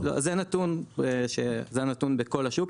בסופרים, זה הנתון בכל השוק.